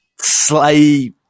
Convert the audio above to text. Slay